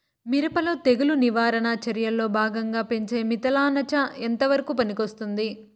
మిరప లో తెగులు నివారణ చర్యల్లో భాగంగా పెంచే మిథలానచ ఎంతవరకు పనికొస్తుంది?